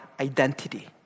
identity